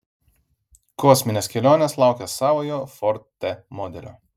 kosminės kelionės laukia savojo ford t modelio